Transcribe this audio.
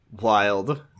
wild